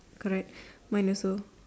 correct mine also